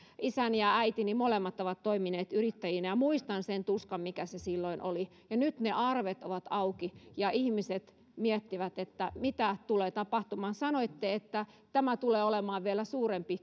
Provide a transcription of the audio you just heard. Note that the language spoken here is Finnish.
isäni ja äitini ovat molemmat toimineet yrittäjinä ja muistan sen tuskan mitä se silloin oli ja nyt ne arvet ovat auki ja ihmiset miettivät mitä tulee tapahtumaan sanoitte että tämä koronakriisi tulee olemaan vielä suurempi